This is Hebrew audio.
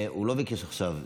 הוא לא ביקש עכשיו.